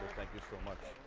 you so much